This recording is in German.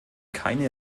keine